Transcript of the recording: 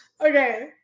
Okay